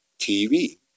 TV